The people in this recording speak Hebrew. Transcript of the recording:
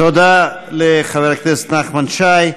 תודה לחבר הכנסת נחמן שי.